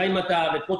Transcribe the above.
בפועל,